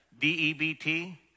D-E-B-T